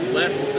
less